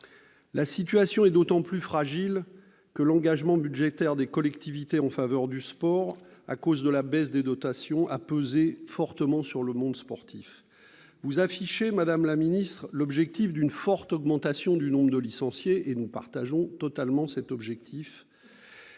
La situation est d'autant plus fragile que l'engagement budgétaire des collectivités en faveur du sport, affecté en raison de la baisse des dotations, a eu de lourdes conséquences le monde sportif. Vous affichez, madame la ministre, l'objectif d'une forte augmentation du nombre de licenciés, que nous partageons totalement. Mais,